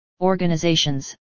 organizations